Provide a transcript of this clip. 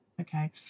okay